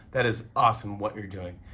that is awesome, what you're doing.